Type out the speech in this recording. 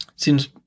seems